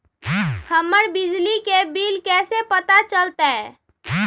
हमर बिजली के बिल कैसे पता चलतै?